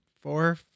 four